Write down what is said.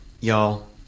y'all